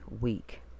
week